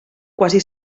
quasi